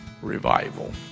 revival